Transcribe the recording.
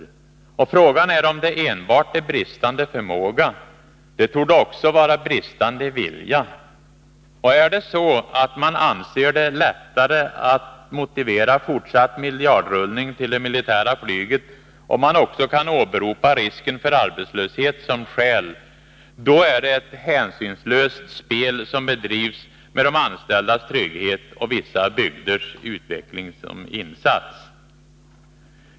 Frågan är om det enbart beror på bristande förmåga. Det torde också vara fråga om bristande vilja. Är det så att man anser det lättare att motivera fortsatt miljardrullning till det militära flyget om man också kan åberopa risken för arbetslöshet som skäl? I så fall är det ett hänsynslöst spel som bedrivs med de anställdas trygghet och vissa bygders utveckling som insats.